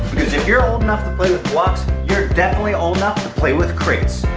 because if you're old enough to play with blocks. you're definitely old enough to play with crates.